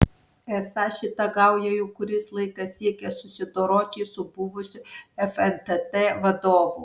esą šita gauja jau kuris laikas siekia susidoroti ir su buvusiu fntt vadovu